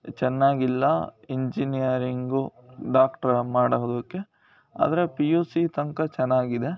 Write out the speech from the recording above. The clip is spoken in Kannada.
ಚೆನ್ನಾಗಿಲ್ಲ ಇಂಜಿನಿಯರಿಂಗು ಡಾಕ್ಟ್ರ ಮಾಡೋದಕ್ಕೆ ಆದರೆ ಪಿ ಯು ಸಿ ತನಕ ಚೆನ್ನಾಗಿದೆ